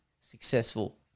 successful